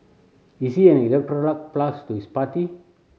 is he an plus to his party